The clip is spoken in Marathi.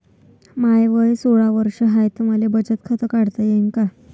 माय वय सोळा वर्ष हाय त मले बचत खात काढता येईन का?